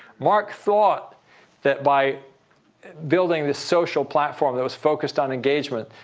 mark thought that by building this social platform that was focused on engagement,